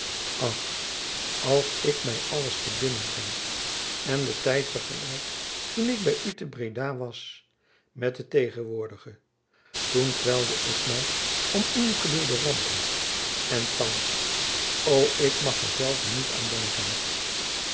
ach als ik my alles te binnen breng en den tijd vergelijk toen ik by u te breda was met den tegenwoordigen toen kwelde ik my om ingebeelde rampen en thands o ik mag er zelve niet aan denken